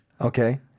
Okay